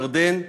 בירדן,